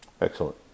Excellent